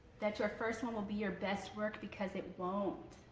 that your first one will be your best work because it won't!